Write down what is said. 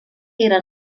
era